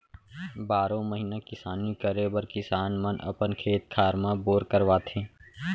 बारो महिना किसानी करे बर किसान मन अपन खेत खार म बोर करवाथे